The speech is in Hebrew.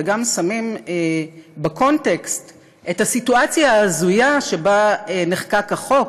וגם שמים בקונטקסט את הסיטואציה ההזויה שבה נחקק החוק,